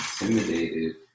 intimidated